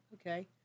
okay